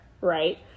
right